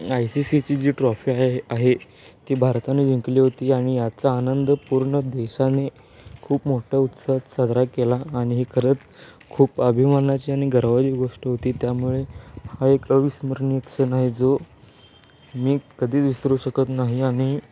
I C सीची जी trophy आहे आहे ती भारताने जिंकली होती आणि याचा आनंद पूर्ण देशाने खूप मोठा उत्सव साजरा केला आणि हे खरंच खूप अभिमानाची आणि गर्वाची गोष्ट होती त्यामुळे हा एक अविस्मरणीय क्षण आहे जो मी कधीच विसरू शकत नाही आणि